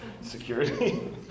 security